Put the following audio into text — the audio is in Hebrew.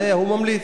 שעליה הוא ממליץ.